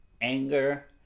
anger